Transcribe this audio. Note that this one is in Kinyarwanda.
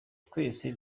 twese